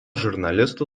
žurnalistų